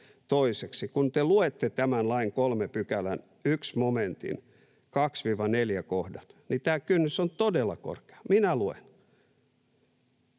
kun te luette tämän lain 3 §:n 1 momentin 2—4 kohdat, niin tämä kynnys on todella korkea. Minä luen: